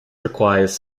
requires